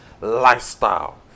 lifestyle